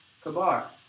Kabar